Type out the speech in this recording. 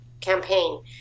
campaign